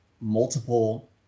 multiple